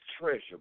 treasure